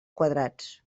quadrats